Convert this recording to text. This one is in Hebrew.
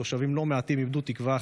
תושבים לא מעטים איבדו תקווה.